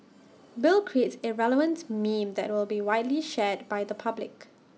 bill creates A relevant meme that will be widely shared by the public